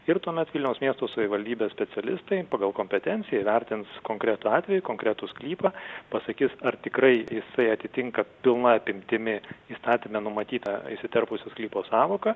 ir tuomet vilniaus miesto savivaldybės specialistai pagal kompetenciją įvertins konkretų atvejį konkretų sklypą pasakys ar tikrai jisai atitinka pilna apimtimi įstatyme numatytą įsiterpusio sklypo sąvoką